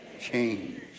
Change